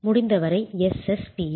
முடிந்தவரை SST இல்